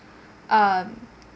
um